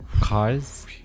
cars